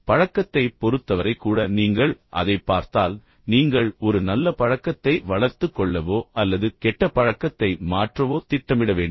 எனவே பழக்கத்தைப் பொறுத்தவரை கூட நீங்கள் அதைப் பார்த்தால் நீங்கள் ஒரு நல்ல பழக்கத்தை வளர்த்துக் கொள்ளவோ அல்லது கெட்ட பழக்கத்தை மாற்றவோ திட்டமிட வேண்டும்